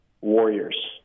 warriors